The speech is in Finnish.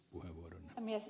arvoisa puhemies